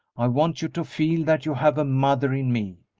i want you to feel that you have a mother in me,